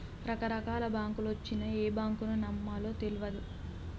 రకరకాల బాంకులొచ్చినయ్, ఏ బాంకును నమ్మాలో తెల్వదు